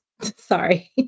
sorry